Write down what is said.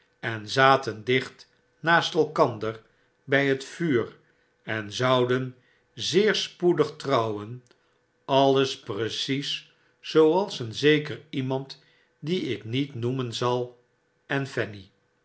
en zaten dicht naast elkander by het vuur en zouden zeer spoedig trouwen alles precies zooals een zeker iemand die ik niet noemen zal en